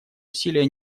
усилия